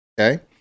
Okay